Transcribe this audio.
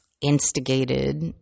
Instigated